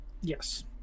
Yes